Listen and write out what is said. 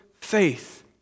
faith